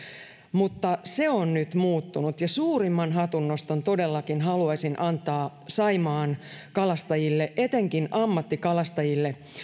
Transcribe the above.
mutta se on nyt muuttunut ja suurimman hatunnoston todellakin haluaisin antaa saimaan kalastajille etenkin ammattikalastajille